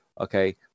Okay